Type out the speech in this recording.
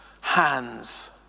hands